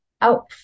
out